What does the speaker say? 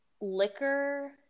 liquor